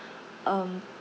um